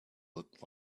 look